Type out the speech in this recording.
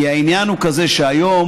כי העניין הוא כזה שהיום,